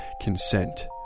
consent